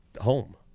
home